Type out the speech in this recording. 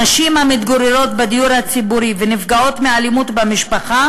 נשים המתגוררות בדיור הציבורי ונפגעות מאלימות במשפחה